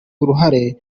uruhare